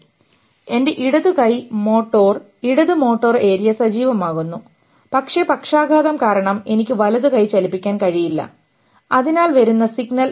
അതിനാൽ എൻറെ ഇടത് കൈ മോട്ടോർ ഇടത് മോട്ടോർ ഏരിയ സജീവമാകുന്നു പക്ഷേ പക്ഷാഘാതം കാരണം എനിക്ക് വലതു കൈ ചലിപ്പിക്കാൻ കഴിയില്ല അതിനാൽ വരുന്ന സിഗ്നൽ